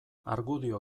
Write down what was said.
argudio